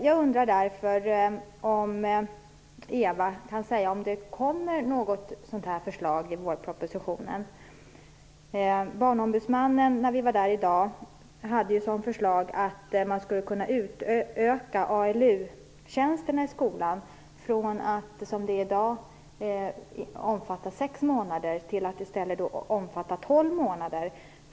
Jag undrar därför om Eva Johansson kan säga om det kommer något sådant förslag i vårpropositionen. Barnombudsmannen hade som förslag att man skulle kunna utöka ALU-tjänsterna i skolan från att - som i dag - omfatta sex månader till att i stället omfatta tolv månader.